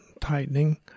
tightening